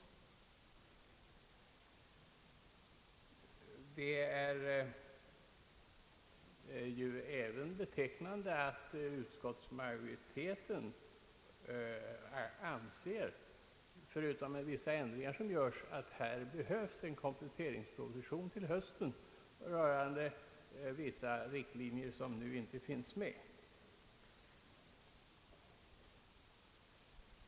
Det är ju även betecknande att utskottsmajoriteten anser — förutom att den gör vissa ändringar i regeringsförslaget — att här också behövs en kompletteringsproposition till hösten rörande vissa riktlinjer som nu inte finns med.